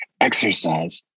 exercise